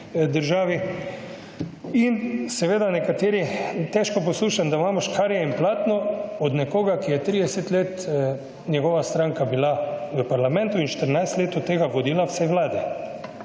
državi. In seveda nekateri, težko poslušam, da imamo škarje in platno od nekoga, ki je 30 let njegova stranka bila v parlamentu in 14 let od tega vodila vse vlade.